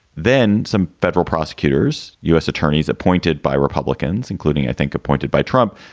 then some federal prosecutors, u s. attorneys appointed by republicans, including, i think appointed by trump,